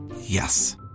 Yes